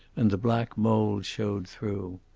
and the black mould showed through.